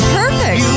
perfect